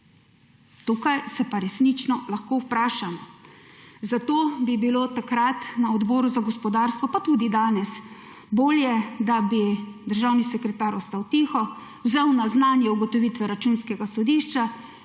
Tukaj se pa resnično lahko vprašam. Zato bi bilo takrat na Odboru za gospodarstvo pa tudi danes bolje, da bi državni sekretar ostal tiho, vzel na znanje ugotovitve Računskega sodišča